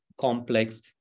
complex